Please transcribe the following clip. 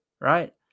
Right